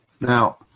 Now